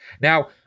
Now